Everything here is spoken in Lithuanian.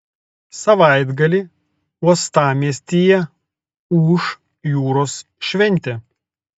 savaitgalį uostamiestyje ūš jūros šventė